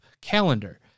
calendar